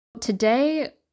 Today